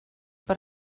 per